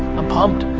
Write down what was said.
i'm pumped.